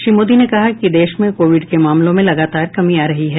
श्री मोदी ने कहा कि देश में कोविड के मामलों में लगातार कमी आ रही है